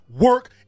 work